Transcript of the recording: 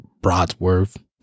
broadsworth